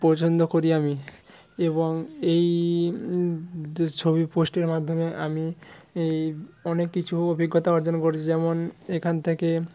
পছন্দ করি আমি এবং এই যে ছবি পোস্টের মাধ্যমে আমি এই অনেক কিছু অভিজ্ঞতা অর্জন করেছি যেমন এখান থেকে